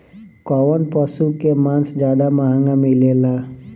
कौन पशु के मांस ज्यादा महंगा मिलेला?